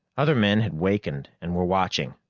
other men had wakened and were watching,